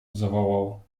zawołał